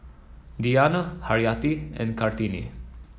Diyana Haryati and Kartini